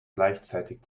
gleichzeitig